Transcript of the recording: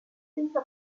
senza